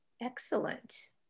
Excellent